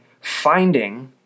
finding